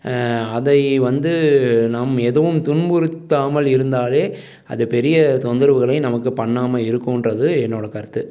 அதை வந்து நாம் எதுவும் துன்புறுத்தாமல் இருந்தாலே அது பெரிய தொந்தரவுகளை நமக்கு பண்ணாமல் இருக்குன்றது என்னோடய கருத்து